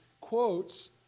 quotes